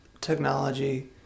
technology